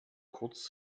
kurz